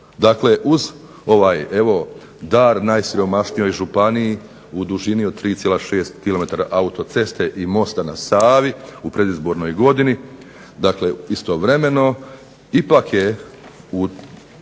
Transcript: dakle uz ovaj dar najsiromašnijoj županiji u dužini od 3,6km autoceste i mosta na Savi u predizbornoj godini, dakle istovremeno ipak je u